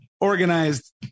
organized